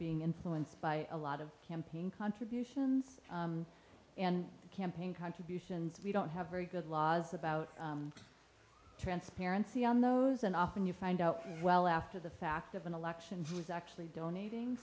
being influenced by a lot of campaign contributions and campaign contributions we don't have very good laws about transparency on those and often you find out well after the fact of an election he was actually donating